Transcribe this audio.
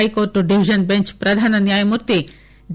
high court division bench ప్రధాన న్యాయమూర్తి D